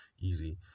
easy